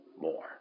more